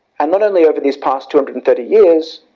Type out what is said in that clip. and not only over these past two hundred and thirty years,